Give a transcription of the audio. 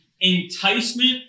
enticement